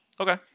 Okay